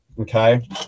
okay